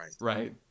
Right